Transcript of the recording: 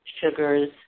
sugars